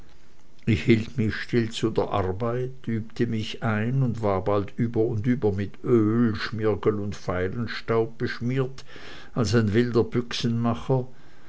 ich hielt mich still zu der arbeit übte mich ein und war bald über und über mit öl schmirgel und feilenstaub beschmiert als ein wilder